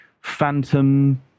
Phantom